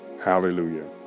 Hallelujah